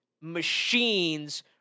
machines